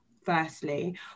firstly